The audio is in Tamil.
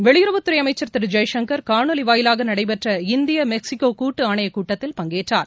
வெளியுறவுத்துறை அமைச்சர் திரு ஜெய்சங்கர் காணொலி வாயிலாக நடைபெற்ற இந்திய மெக்ஸிகோ கூட்டு ஆணையக் கூட்டத்தில் பங்கேற்றார்